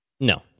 No